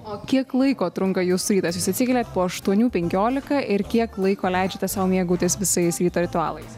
o kiek laiko trunka jūsų rytas jūs atsikeliat po aštuonių penkiolika ir kiek laiko leidžiate sau mėgautis visais ryto ritualais